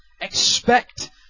Expect